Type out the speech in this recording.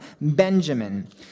Benjamin